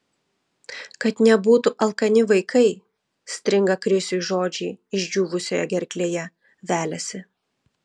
kad nebūtų alkani vaikai stringa krisiui žodžiai išdžiūvusioje gerklėje veliasi